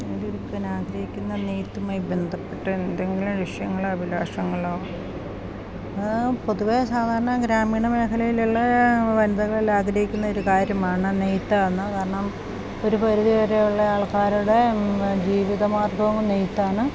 നേടിയെടിക്കാൻ ആഗ്രഹിക്കുന്ന നെയ്ത്തുമായി ബന്ധപ്പെട്ട് എന്തെങ്കിലും വിഷയങ്ങളോ അഭിലാഷങ്ങളോ പൊതുവേ സാധാരണ ഗ്രാമീണ മേഖലയിലുള്ള ബന്ധങ്ങൾ ആഗ്രഹിക്കുന്ന ഒരു കാര്യമാണ് നെയ്ത്താന്ന് കാരണം ഒരു പരിധിവരെയൊള്ള ആൾക്കാരുടെ ജീവിതമാർഗ്ഗവും നെയ്ത്താണ്